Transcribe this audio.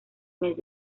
mes